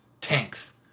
tanks